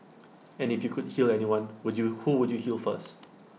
and if you could heal anyone would you who would you heal first